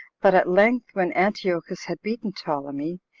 but at length, when antiochus had beaten ptolemy,